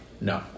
No